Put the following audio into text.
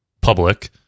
public